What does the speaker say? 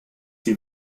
sie